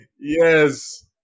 Yes